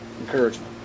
encouragement